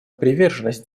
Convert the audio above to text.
приверженность